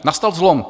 Nastal zlom.